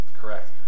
correct